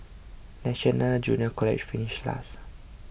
National Junior College finished last